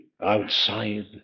Outside